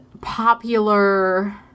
popular